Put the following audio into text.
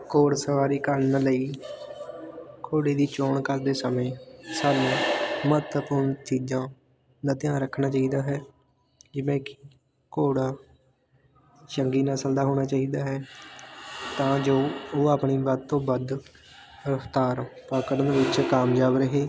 ਘੋੜਸਵਾਰੀ ਕਰਨ ਲਈ ਘੋੜੇ ਦੀ ਚੋਣ ਕਰਦੇ ਸਮੇਂ ਸਾਨੂੰ ਮਹੱਤਵਪੂਰਨ ਚੀਜ਼ਾਂ ਦਾ ਧਿਆਨ ਰੱਖਣਾ ਚਾਹੀਦਾ ਹੈ ਜਿਵੇਂ ਕਿ ਘੋੜਾ ਚੰਗੀ ਨਸਲ ਦਾ ਹੋਣਾ ਚਾਹੀਦਾ ਹੈ ਤਾਂ ਜੋ ਉਹ ਆਪਣੀ ਵੱਧ ਤੋਂ ਵੱਧ ਰਫਤਾਰ ਪਕੜਨ ਵਿੱਚ ਕਾਮਯਾਬ ਰਹੇ